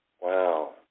Wow